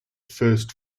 first